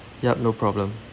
yup no problem